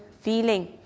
feeling